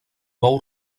bou